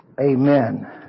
Amen